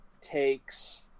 takes